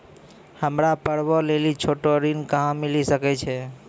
हमरा पर्वो लेली छोटो ऋण कहां मिली सकै छै?